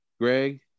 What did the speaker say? Greg